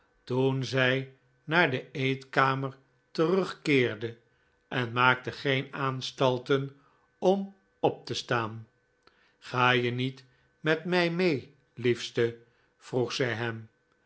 toen zij naar de eetkamer terugkeerde en maakte geen aanstalten om op te staan ga je niet met mij mee liefste vroeg zij hem